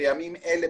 בימים אלה,